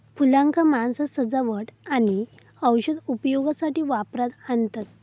फुलांका माणसा सजावट आणि औषधी उपयोगासाठी वापरात आणतत